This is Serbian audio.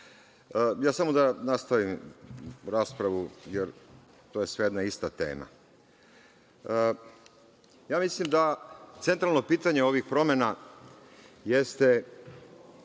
Zakona. Samo da nastavim raspravu jer to je sve jedna te ista tema. Mislim da centralno pitanje ovih promena jeste